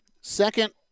Second